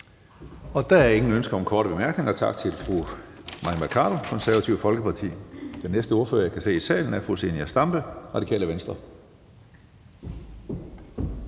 Der er ingen ønsker om korte bemærkninger. Tak til fru Mai Mercado, Det Konservative Folkeparti. Næste ordfører, jeg kan se i sagen, er fru Zenia Stampe, Radikale Venstre.